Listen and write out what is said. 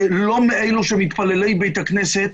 לא מתפללי בית הכנסת,